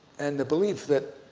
and the belief that